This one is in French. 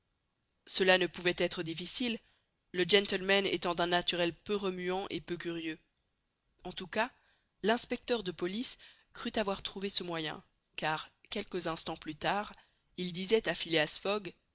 cela ne pouvait être difficile le gentleman étant d'un naturel peu remuant et peu curieux en tout cas l'inspecteur de police crut avoir trouvé ce moyen car quelques instants plus tard il disait à